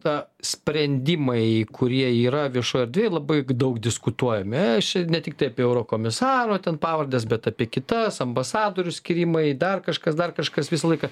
ta sprendimai kurie yra viešoje erdvėje labai daug diskutuojame čia ne tiktai apie eurokomisaro ten pavardes bet apie kitas ambasadorių skyrimai dar kažkas dar kažkas visą laiką